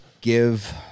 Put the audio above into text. give